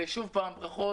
שוב פעם ברכות.